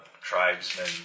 tribesmen